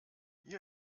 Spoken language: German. hier